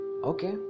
Okay